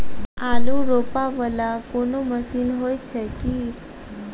आलु रोपा वला कोनो मशीन हो छैय की?